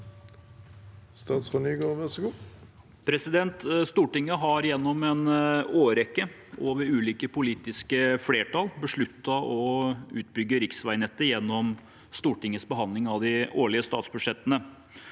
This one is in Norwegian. Statsråd Jon-Ivar Nygård Stortinget har gjennom en årrekke og ved ulike politiske flertall besluttet å utbygge riksveinettet gjennom Stortingets behandling av de årlige statsbudsjettene.